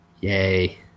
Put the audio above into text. Yay